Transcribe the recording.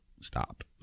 stopped